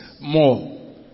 more